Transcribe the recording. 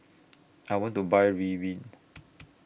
I want to Buy Ridwind